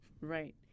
Right